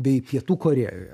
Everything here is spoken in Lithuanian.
bei pietų korėjoje